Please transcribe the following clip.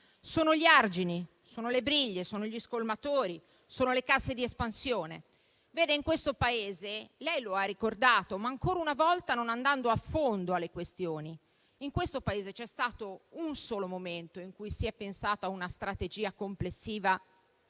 Sono gli argini, sono le briglie, sono gli scolmatori, sono le casse di espansione. In questo Paese - lei lo ha ricordato, ma ancora una volta senza andare a fondo delle questioni - c'è stato un solo momento in cui si è pensato a una strategia complessiva per